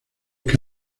que